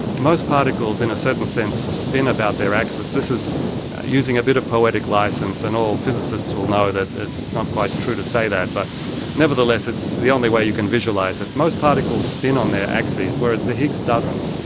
most particles in a certain sense spin about their axis. this is using a bit of poetic licence, and all physicists will know that it is not quite true to say that, but nevertheless it's the only way you can visualise it. most particles spin on their axes, whereas the higgs doesn't.